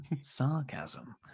sarcasm